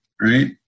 right